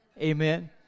Amen